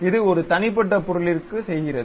இது ஒரு தனிப்பட்ட பொருளிற்க்கு செய்கிறது